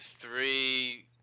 three